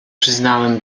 przyznałem